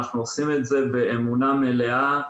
וזה באמת כדי לא לאבד את המורים,